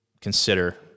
consider